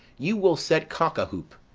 you will set cock-a-hoop!